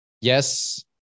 yes